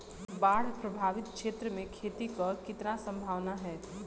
बाढ़ प्रभावित क्षेत्र में खेती क कितना सम्भावना हैं?